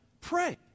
Pray